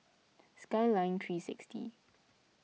Skyline three sixty